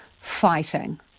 fighting